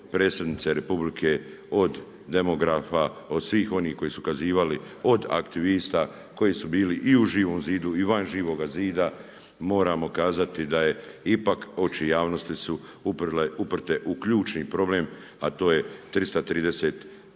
Predsjednice Republike, od demografa, od svih oni koji su ukazivali, od aktivista koji su bili i u Živom zidu i van Živoga zida, moramo kazati da je ipak oči javnosti su uprte u ključni problem, a to je 330